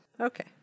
Okay